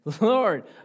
Lord